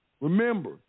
Remember